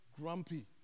grumpy